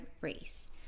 race